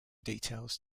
details